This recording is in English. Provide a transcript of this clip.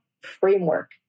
framework